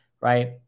Right